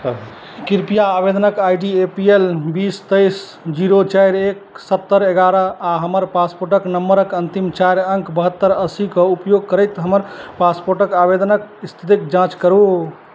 कृपया आवेदनक I D A P L बीस तेइस जीरो चारि एक सत्तरि एगारह आओर हमर पासपोर्टके नम्बरके अन्तिम चारि अङ्क बहत्तर अस्सीके उपयोग करैत हमर पासपोर्ट आवेदनके इस्थितिके जाँच करू